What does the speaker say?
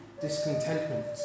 discontentment